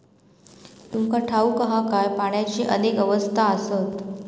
तुमका ठाऊक हा काय, पाण्याची अनेक अवस्था आसत?